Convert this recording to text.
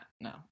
no